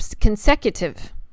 consecutive